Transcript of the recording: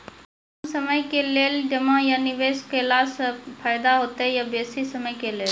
कम समय के लेल जमा या निवेश केलासॅ फायदा हेते या बेसी समय के लेल?